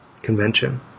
convention